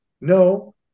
no